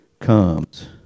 comes